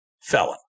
felon